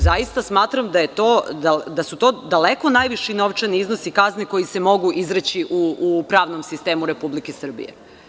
Zaista smatram da su to daleko najviši novčani iznosi kazni koje se mogu izreći u pravnom sistemu Republike Srbije.